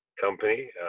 company